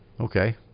okay